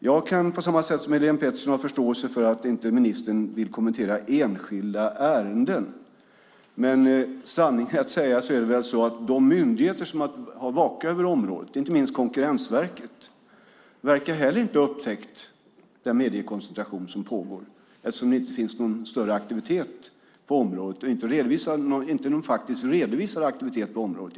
Precis som Helene Petersson kan jag ha förståelse för att ministern inte vill kommentera enskilda ärenden, men sanningen att säga verkar inte heller de myndigheter som har att vaka över området, till exempel Konkurrensverket, ha upptäckt den mediekoncentration som pågår. Det finns ju ingen större aktivitet på området, åtminstone ingen redovisad sådan.